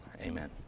Amen